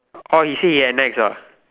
orh he say he at NEX ah